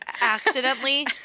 accidentally